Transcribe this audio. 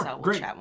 great